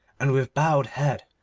and with bowed head,